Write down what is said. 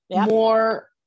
more